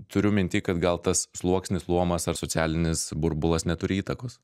turiu minty kad gal tas sluoksnis luomas ar socialinis burbulas neturi įtakos